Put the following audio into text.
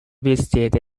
visited